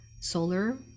solar